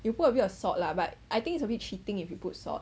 you put a bit of salt lah but I think it's a bit cheating if you put salt